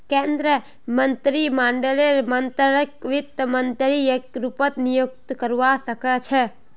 केन्द्रीय मन्त्रीमंडललेर मन्त्रीकक वित्त मन्त्री एके रूपत नियुक्त करवा सके छै